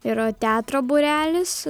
yra teatro būrelis